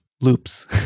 loops